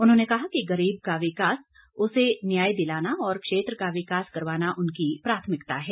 उन्होंने कहा कि गरीब का विकास उसे न्याय दिलाना और क्षेत्र का विकास करवाना उनकी प्राथमिकता है